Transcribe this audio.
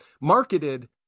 marketed